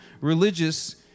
religious